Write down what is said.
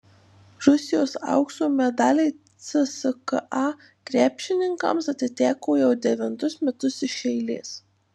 rusijos aukso medaliai cska krepšininkams atiteko jau devintus metus iš eilės